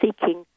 seeking